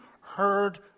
heard